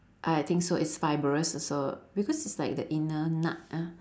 I I think so it's fibrous also because it's like the inner nut uh